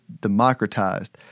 democratized